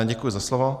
Děkuji za slovo.